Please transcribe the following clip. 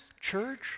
church